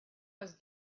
was